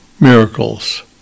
miracles